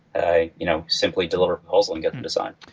i you know simply deliver proposal and get and this on.